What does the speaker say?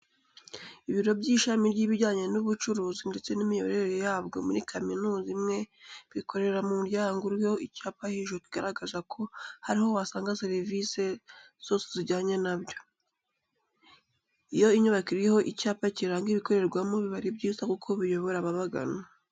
Ibiro by'ishami ry'ibijyanye n'ubucuri ndetse n'imiyoborere yabwo muri kaminza imwe bikorera mu muryango uriho icyapa hejuru kigaragaza ko ari ho wasanga serivise zose zijyanye na byo. Iyo inyubako iriho icyapa kiranga ibikorerwamo biba ari byiza kuko biyobora ababagana.